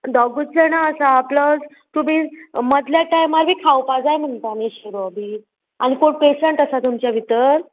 दोगूत जाणां आसा प्लस तुमी मदल्या टायमार बी खावपा जाय म्हणटा न्ही शिरो बी आनी कोण पेशंट आसा तुमच्या भितर